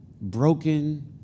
broken